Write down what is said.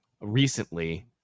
recently